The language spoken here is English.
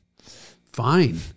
Fine